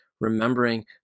remembering